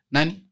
Nani